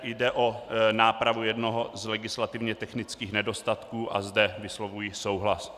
Jde o nápravu jednoho z legislativně technických nedostatků a zde vyslovuji souhlas.